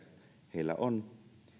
heillä on